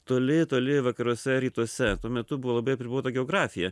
toli toli vakaruose rytuose tuo metu buvo labai apribota geografija